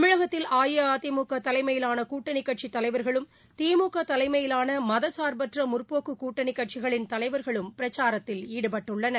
தமிழகத்தில் அஇஅதிமுகதலைமையிலானகூட்டணிகட்சிதலைவர்களும் திமுகதலைமயிலானமதசார்பற்றமுற்போக்குகூட்டணிகட்சிகளின் தலைவர்களும் பிரச்சாரத்தில் ஈடுடட்டுள்ளனர்